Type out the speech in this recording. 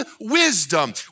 wisdom